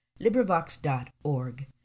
LibriVox.org